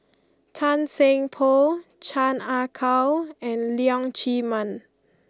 Tan Seng Poh Chan Ah Kow and Leong Chee Mun